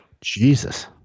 Jesus